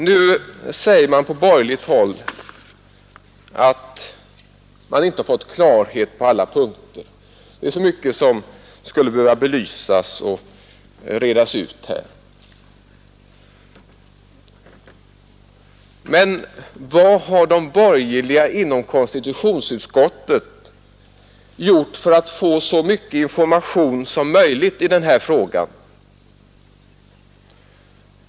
Nu säger man på borgerligt håll att man inte fått klarhet på alla punkter. Det är så mycket som skulle behöva belysas och redas ut. Men vad har de borgerliga inom konstitutionsutskottet gjort för att få så mycket information som möjligt i den här frågan?